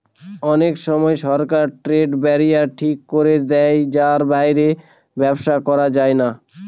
অনেক সময় সরকার ট্রেড ব্যারিয়ার ঠিক করে দেয় যার বাইরে ব্যবসা করা যায় না